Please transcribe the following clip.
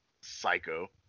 psycho